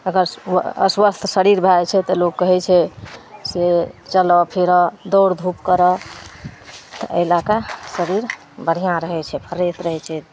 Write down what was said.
अगस्त अस्वस्थ शरीर भै जाइ छै तऽ लोक कहै छै कि से चलऽ फिरऽ दौड़धूप करऽ तऽ एहि लैके शरीर बढ़िआँ रहै छै फ्रेश रहै छै